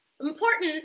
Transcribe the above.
important